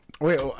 Wait